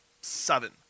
seven